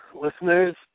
listeners